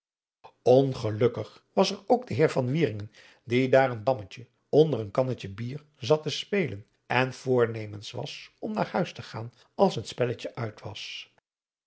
ongelukkig was er ook de heer van wieringen die daar een dammetje onder een kannetje bier zat te spelen en voornemens was om naar huis te gaan als het spelletje uit was